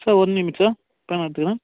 sir one minute sir பேனா எடுத்துக்குகிறேன்